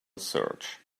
search